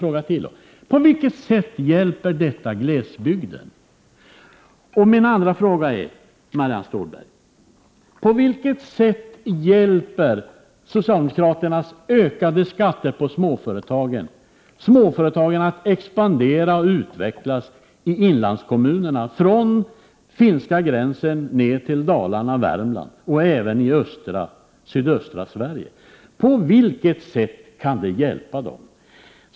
Jag vill ha svar på den frågan och på en fråga till: På vilket sätt, Marianne Stålberg, hjälper socialdemokraternas ökade skatter på 17 småföretag småföretagarna att expandera och utvecklas i inlandskommunerna, från finska gränsen ned till Dalarna, Värmland och sydöstra Sverige? På vilket sätt kan det hjälpa dem?